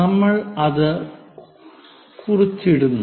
ഞങ്ങൾ അത് കുറിച്ചിടുന്നു